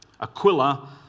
Aquila